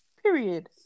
Period